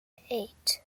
eight